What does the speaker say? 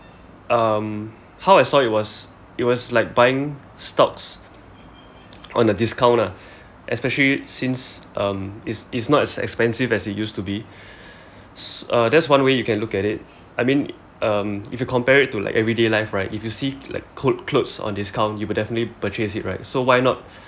um how I saw it was it was like buying stocks on a discount lah especially since um it's it's not as expensive as it used to be s~ uh that's one way you can look at it I mean um if you compare it to like everyday life right if you see like co~ clothes on discount you would definitely purchase it right so why not